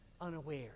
unaware